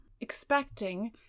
expecting